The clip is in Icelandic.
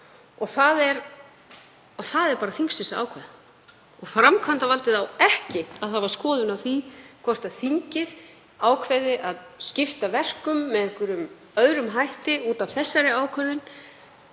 að það er þingsins að ákveða og framkvæmdarvaldið á ekki að hafa skoðun á því hvort þingið ákveði að skipta verkum með einhverjum öðrum hætti út af þessari ákvörðun.